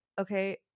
Okay